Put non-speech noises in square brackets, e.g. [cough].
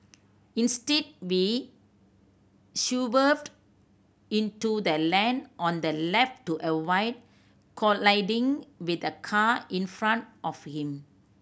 instead be [unintelligible] into the lane on the left to avoid colliding with the car in front of him